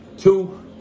Two